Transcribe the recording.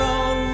on